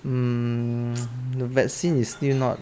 um the vaccine is still not